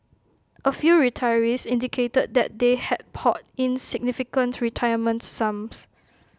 A few retirees indicated that they had poured in significant retirement sums